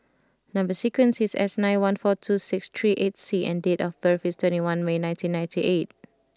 number sequence is S nine one four two six three eight C and date of birth is twenty one May nineteen ninety eight